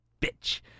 bitch